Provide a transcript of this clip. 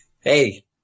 Hey